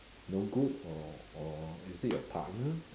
no good or or is it your partner